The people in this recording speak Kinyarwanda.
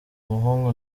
umuhungu